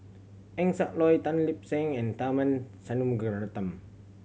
Eng Siak Loy Tan Lip Seng and Tharman Shanmugaratnam